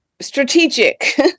Strategic